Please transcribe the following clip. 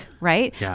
right